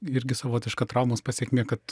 irgi savotiška traumos pasekmė kad